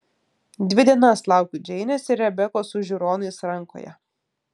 dvi dienas laukiu džeinės ir rebekos su žiūronais rankoje